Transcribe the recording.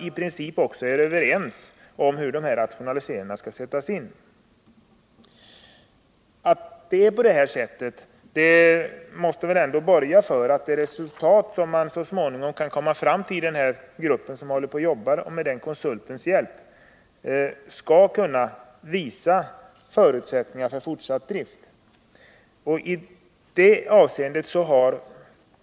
I princip är man också överens om hur dessa rationaliseringar skall sättas in. Att det är på det här sättet måste väl ändå borga för att den grupp som håller på och jobbar med konsultens hjälp skall kunna visa förutsättningar för fortsatt drift.